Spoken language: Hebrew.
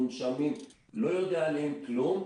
מונשמים - לא יודע עליהם כלום.